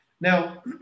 Now